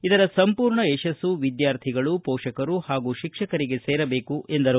ಇದರ ಸಂಪೂರ್ಣ ಯಶಸ್ಸು ವಿದ್ಯಾರ್ಥಿಗಳು ಪೋಷಕರು ಹಾಗೂ ಶಿಕ್ಷಕರಿಗೆ ಸೇರಬೇಕು ಎಂದರು